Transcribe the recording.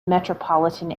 metropolitan